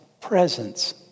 presence